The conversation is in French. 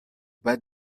bas